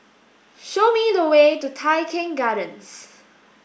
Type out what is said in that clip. show me the way to Tai Keng Gardens